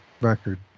record